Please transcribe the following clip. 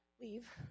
leave